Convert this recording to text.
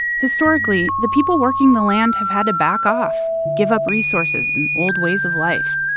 historically, the people working the land have had to back off, give up resources and old ways of life,